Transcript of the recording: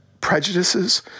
prejudices